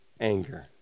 anger